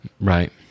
Right